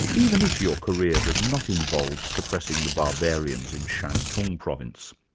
even if your career does not involve suppressing the barbarians in shantung province.